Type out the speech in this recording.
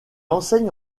enseigne